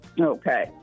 Okay